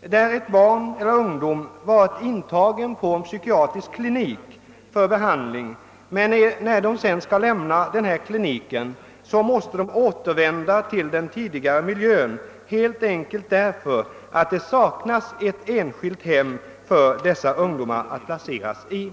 där ett barn eller en ungdom varit intagen på en psykiatrisk klinik för behandling och, när vederbörande lämnat kliniken, varit tvungen att återvända till den tidigare miljön, helt enkelt därför att det saknats ett enskilt hem för dessa ungdomar att placeras i.